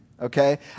okay